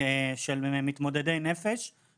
של מתמודדי נפש בגירים.